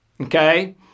Okay